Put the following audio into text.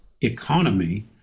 economy